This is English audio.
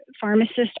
pharmacist